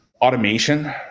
automation